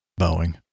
Boeing